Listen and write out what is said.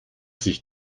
sich